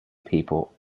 people